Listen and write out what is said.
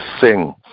sing